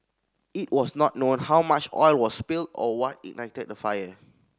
it was not known how much oil was spilled or what ignited the fire